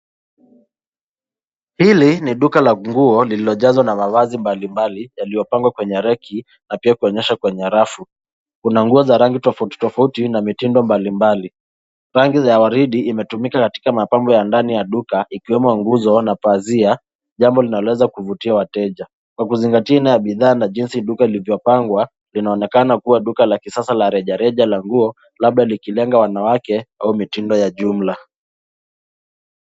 Hili ni duka la nguo lililojazwa na mavazi mbalimbali yaliyopangwa kwenye rack na pia kuonyeshwa kwenye rafu. Kuna nguo za rangi tofauti, tofauti na mitindo mbalimbali. Rangi ya waridi imetumika katika mapambo ya ndani ya duka, ikiwemo nguzo na pazia, jambo linaloweza kuvutia wateja. Kwa kuzingatia bidhaa na jinsi duka lilivyopangwa inaonekana kuwa duka la kisasa la rejareja la nguo, labda likilenga wanawake au mitindo ya jumla.